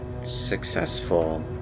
successful